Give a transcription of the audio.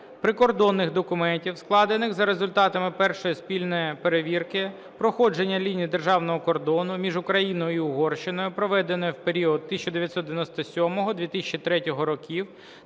прикордонних документів, складених за результатами Першої спільної перевірки проходження лінії державного кордону між Україною і Угорщиною, проведеної в період 1997-2003 років,